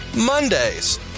Mondays